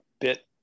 bit